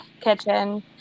kitchen